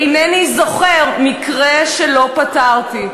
אינני זוכר מקרה שלא פתרתי.